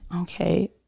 Okay